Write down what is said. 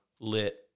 lit